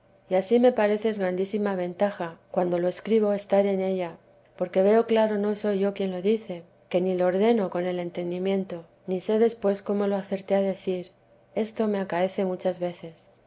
y ansí me parece es grandísima ventaja cuando lo escribo estar en ella porque veo claro no soy yo quien lo dice que ni lo ordeno con el entendimiento ni sé después cómo lo acerté a decir esto me acaece muchas veces